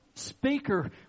speaker